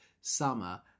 Summer